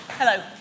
Hello